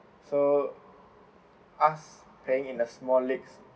so us paying in a small leaks